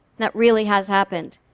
that really has happened.